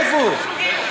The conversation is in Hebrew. איפה הוא?